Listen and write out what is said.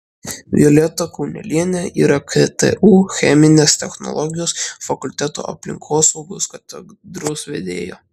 violeta kaunelienė yra ktu cheminės technologijos fakulteto aplinkosaugos katedros vedėja